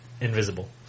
Invisible